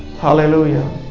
Hallelujah